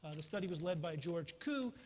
ah the study was led by george kuh,